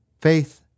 Faith